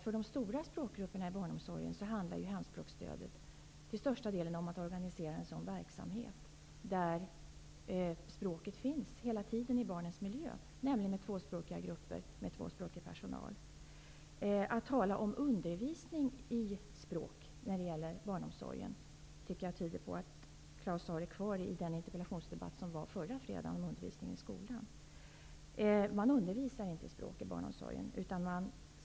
För de stora språkgrupperna i barnomsorgen handlar hemspråksstödet till största delen om att organisera en verksamhet där språket hela tiden finns i barnets miljö, genom tvåspråkiga grupper med tvåspråkig personal. Att tala om undervisning i språk när det gäller barnomsorgen tyder på att Claus Zaar är kvar i förra fredagens interpellationsdebatt om undervisningen i skolan. Man undervisar inte i språk i barnomsorgen.